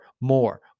more